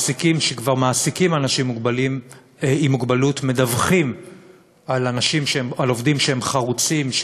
מעסיקים שכבר מעסיקים אנשים עם מוגבלות מדווחים על עובדים שהם חרוצים,